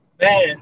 Man